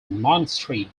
monastery